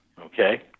okay